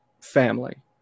family